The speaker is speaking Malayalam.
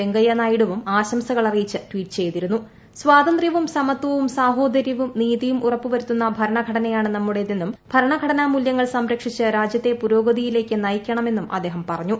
വെങ്കയ്യനായിഡുവും ആശംസകൾ അറിയിച്ച് ട്വീറ്റ് ചെയ്തിരുന്നു സ്ഥാതന്ത്ര്യവും സമത്വവും സാഹോദര്യവും നീതിയും ഉറപ്പുവരുത്തുന്ന ഭരണഘടനയാണ് നമ്മുടേതെന്നും ഭരണഘടനാമൂല്യങ്ങൾ സംരക്ഷിച്ച് രാജ്യത്തെ പുരോഗതിയിലേക്ക് നയിക്കണെമന്നും അദ്ദേഹം പറഞ്ഞു